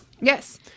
yes